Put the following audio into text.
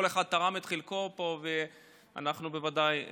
כל אחד תרם את חלקו פה, ואנחנו בוודאי תומכים.